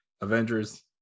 avengers